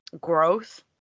growth